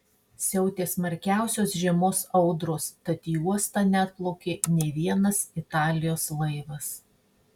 siautė smarkiausios žiemos audros tad į uostą neatplaukė nė vienas italijos laivas